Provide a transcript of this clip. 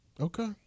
Okay